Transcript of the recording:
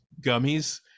gummies